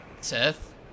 Seth